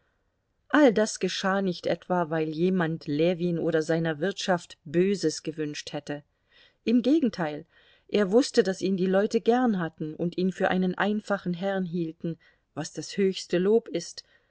all das geschah nicht etwa weil jemand ljewin oder seiner wirtschaft böses gewünscht hätte im gegenteil er wußte daß ihn die leute gern hatten und ihn für einen einfachen herrn hielten was das höchste lob ist